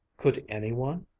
could any one?